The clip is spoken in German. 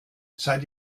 seid